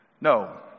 No